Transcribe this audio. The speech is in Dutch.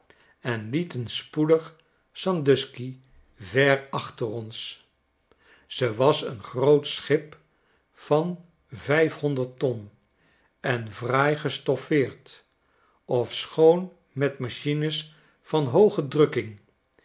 en lieten spoedig sandusky ver achter ons ze was een groot schip van vijfhonderd ton en fraai gestoffeerd ofschoon met machines van hooge